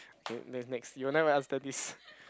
okay next next you will never ask the this